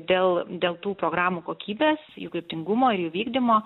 dėl dėl tų programų kokybės jų kryptingumo ir jų vykdymo